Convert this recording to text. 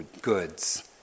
goods